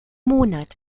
monat